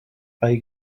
going